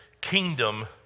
kingdom